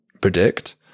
predict